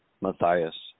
Matthias